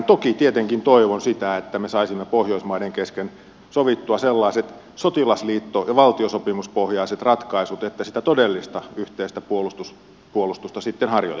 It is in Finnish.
toki tietenkin toivon sitä että me saisimme pohjoismaiden kesken sovittua sellaiset sotilasliitto ja valtiosopimuspohjaiset ratkaisut että sitä todellista yhteistä puolustusta sitten harjoitettaisiin